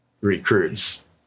recruits